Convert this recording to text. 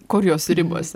kur jos ribos